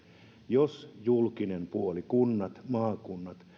jos julkinen puoli kunnat maakunnat